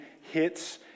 hits